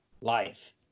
life